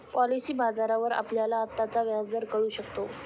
policy बाजारावर आपल्याला आत्ताचा व्याजदर कळू शकतो